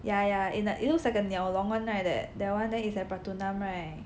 yah yah it it looks like a 鸟笼 [one] right that that [one] then that [one] is at Pratunam right